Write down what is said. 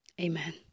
amen